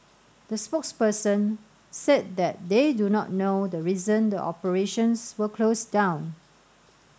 the spokesperson said that they do not know the reason the operations were closed down